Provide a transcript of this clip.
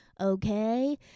okay